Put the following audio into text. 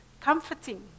comforting